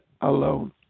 alone